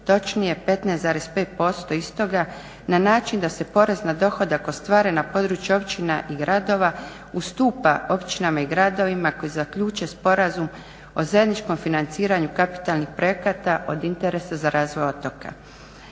točnije 15,5% istoga na način da se porez na dohodak ostvaren na području općina i gradova ustupa općinama i gradovima koji zaključe Sporazum o zajedničkom financiranju kapitalnih projekata od interesa za razvoj otoka.